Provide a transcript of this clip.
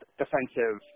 defensive